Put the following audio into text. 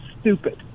stupid